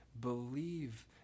believe